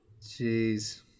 Jeez